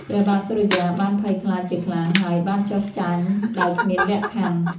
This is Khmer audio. ព្រះបាទសូរិយាបានភ័យខ្លាចជាខ្លាំង ហើយបានចុះចាញ់ដោយគ្មានលក្ខខណ្ឌ។